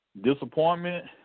Disappointment